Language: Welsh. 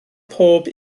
pob